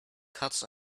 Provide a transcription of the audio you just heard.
cuts